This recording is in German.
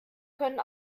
können